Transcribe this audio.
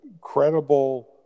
credible